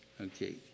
Okay